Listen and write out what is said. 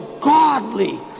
godly